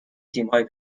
تیمهای